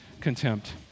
contempt